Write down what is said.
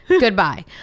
Goodbye